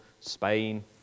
Spain